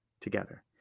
together